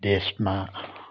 देशमा